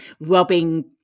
rubbing